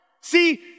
See